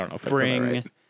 bring